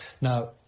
Now